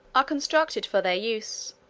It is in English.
are constructed for their use